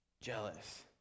jealous